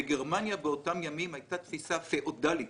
בגרמניה של אותם ימים הייתה תפיסה פיאודלית